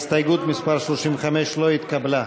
הסתייגות מס' 35 לא נתקבלה.